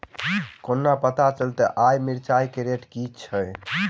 कोना पत्ता चलतै आय मिर्चाय केँ रेट की छै?